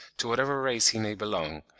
to whatever race he may belong,